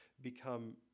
become